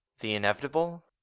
the inevitable?